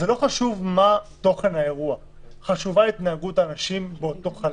חשוב מה תוכן האירוע אלא חשובה התנהגות האנשים באותו חלל.